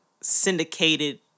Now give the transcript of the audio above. syndicated